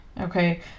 Okay